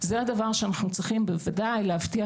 זה הדבר שאנחנו צריכים בוודאי להבטיח